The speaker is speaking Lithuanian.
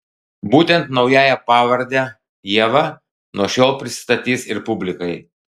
būtent naująja pavarde ieva nuo šiol prisistatys ir publikai